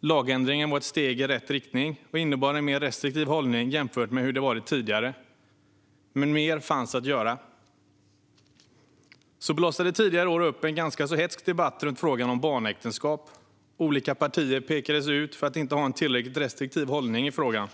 Lagändringen var ett steg i rätt riktning och innebar en mer restriktiv hållning jämfört med hur det varit tidigare. Men mer fanns att göra. Så blossade det tidigare i år upp en ganska hätsk debatt runt frågan om barnäktenskap. Olika partier pekades ut för att inte ha en tillräckligt restriktiv hållning i frågan.